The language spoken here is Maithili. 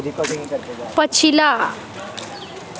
पछिला